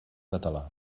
català